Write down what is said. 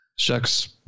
Shucks